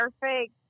perfect